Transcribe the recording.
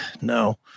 no